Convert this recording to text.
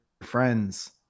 friends